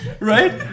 Right